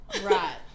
Right